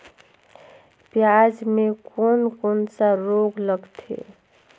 पियाज मे कोन कोन सा रोग लगथे?